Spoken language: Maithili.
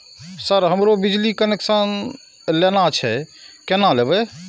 सर हमरो बिजली कनेक्सन लेना छे केना लेबे?